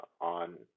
on